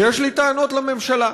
ויש לי טענות לממשלה,